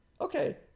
Okay